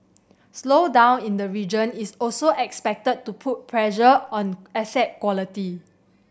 slowdown in the region is also expected to put pressure on asset quality